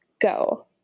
Go